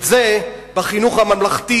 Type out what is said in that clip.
את זה בחינוך הממלכתי,